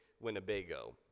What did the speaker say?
Winnebago